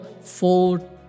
four